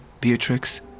Beatrix